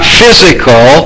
physical